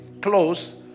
close